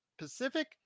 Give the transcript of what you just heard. Pacific